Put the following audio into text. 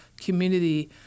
community